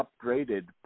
upgraded